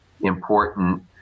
important